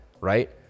right